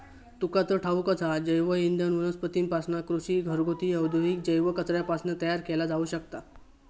तुका तर ठाऊकच हा, जैवइंधन वनस्पतींपासना, कृषी, घरगुती, औद्योगिक जैव कचऱ्यापासना तयार केला जाऊ शकता